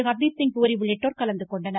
ஹர்தீப் சிங் பூரி உள்ளிட்டோர் கலந்துகொண்டனர்